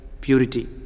purity